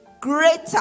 greater